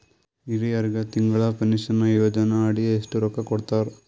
ಹಿರಿಯರಗ ತಿಂಗಳ ಪೀನಷನಯೋಜನ ಅಡಿ ಎಷ್ಟ ರೊಕ್ಕ ಕೊಡತಾರ?